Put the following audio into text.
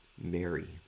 Mary